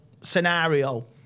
scenario